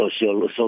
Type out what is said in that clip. social